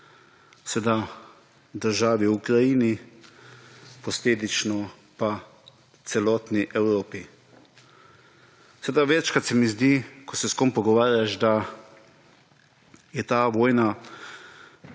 seveda, državi Ukrajini, posledično pa celotni Evropi. Seveda, večkrat se mi zdi, ko se s kom pogovarjaš, da je ta vojna